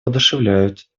воодушевляют